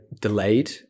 delayed